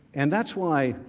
and that's why